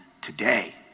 today